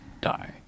die